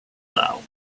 down